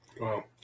Wow